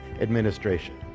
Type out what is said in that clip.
administration